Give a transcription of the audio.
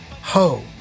ho